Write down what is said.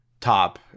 top